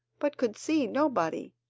but could see nobody.